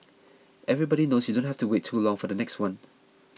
everybody knows you don't have to wait too long for the next one